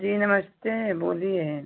जी नमस्ते बोलिए